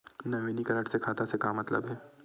नवीनीकरण से खाता से का मतलब हे?